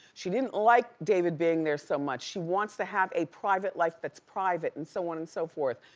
she didn't like david being there so much, she wants to have a private life that's private and so on and so forth.